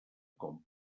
com